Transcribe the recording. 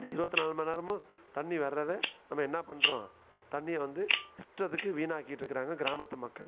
இருபத்து நாலு மணி நேரமும் தண்ணி வர்றதை நம்ம என்ன பண்ணுறோம் தண்ணியை வந்து இஷ்டத்துக்கு வீணாக்கிட்டுருக்காங்க கிராமத்து மக்கள்